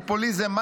פופוליזם,